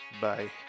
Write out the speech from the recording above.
Bye